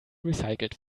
recycelt